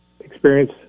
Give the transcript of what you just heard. Experience